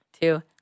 two